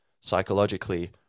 Psychologically